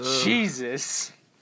Jesus